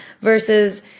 versus